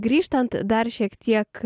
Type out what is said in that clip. grįžtant dar šiek tiek